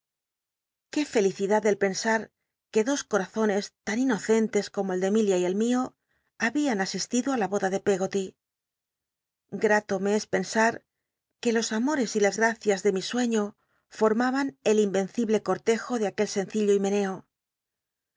qué fel il itlad el pensar que dos com oncs tan inocentes como el de emilia y el mio habian asistido i la boda de peggoly grato me es pensar que los amores y las graeias de mi sueño formaban tl invencible cortejo de aquel sencillo himeneo